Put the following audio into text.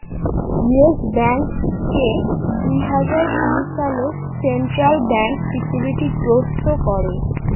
yes ব্যাঙ্ককে দুই হাজার কুড়ি সালে সেন্ট্রাল ব্যাঙ্ক সিকিউরিটি গ্রস্ত করে